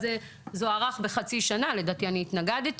אז זה הוארך בחצי שנה לדעתי אני התנגדתי